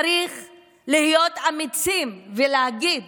צריך להיות אמיצים ולהגיד: